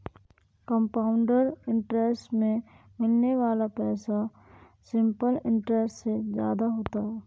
compound interest में मिलने वाला पैसा सिंपल इंटरेस्ट से ज्यादा होता है